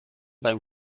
beim